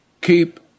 keep